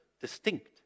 Distinct